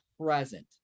present